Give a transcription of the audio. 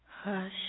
Hush